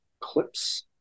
clips